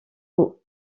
aux